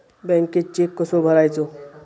बँकेत चेक कसो भरायचो?